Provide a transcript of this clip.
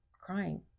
crying